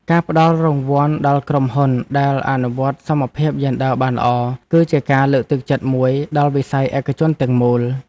ការផ្តល់រង្វាន់ដល់ក្រុមហ៊ុនដែលអនុវត្តសមភាពយេនឌ័របានល្អ គឺជាការលើកទឹកចិត្តមួយដល់វិស័យឯកជនទាំងមូល។